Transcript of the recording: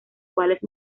cuales